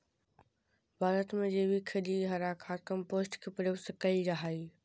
भारत में जैविक खेती हरा खाद, कंपोस्ट के प्रयोग से कैल जा हई